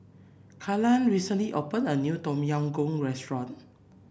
Kaylan recently opened a new Tom Yam Goong restaurant